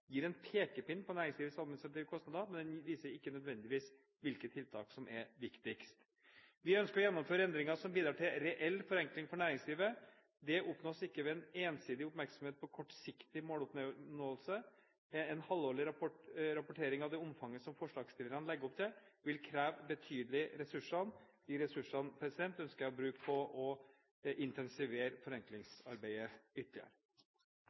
gir en pekepinn om næringslivets administrative kostnader, men den viser ikke nødvendigvis hvilke tiltak som er viktigst. Vi ønsker å gjennomføre endringer som bidrar til reell forenkling for næringslivet. Det oppnås ikke ved ensidig oppmerksomhet på kortsiktig måloppnåelse. En halvårig rapportering av det omfanget som forslagsstillerne legger opp til, vil kreve betydelige ressurser. De ressursene ønsker jeg å bruke på å intensivere forenklingsarbeidet ytterligere.